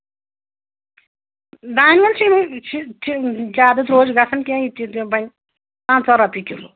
دانوَل چھےٚ زیادٕ درٛوٚج گژھان کیٚنٛہہ یہِ بَنہِ پنٛژاہ رۄپیہِ کِلوٗ